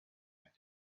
had